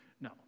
no